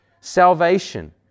salvation